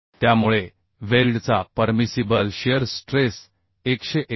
त्यामुळे वेल्डचा permissible shear stress 189